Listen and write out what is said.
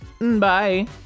Bye